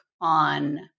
on